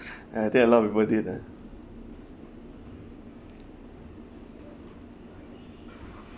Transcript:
I think a lot of people did ah